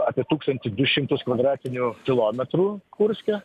apie tūkstantį du šimtus kvadratinių kilometrų kurske